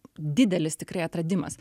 didelis tikrai atradimas